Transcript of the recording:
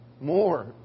more